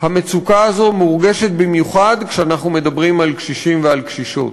המצוקה הזאת מורגשת במיוחד כשאנחנו מדברים על קשישים ועל קשישות.